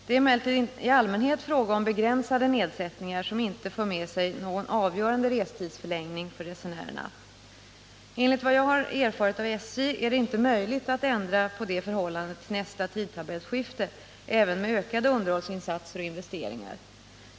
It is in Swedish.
Det är emellertid i allmänhet fråga om begränsade nedsättningar, som inte för med sig någon avgörande restidsförlängning för resenärerna. Enligt vad jag har erfarit av SJ är det inte möjligt att ändra på det förhållandet till nästa tidtabellsskifte även med ökade underhållsinsatser och investeringar.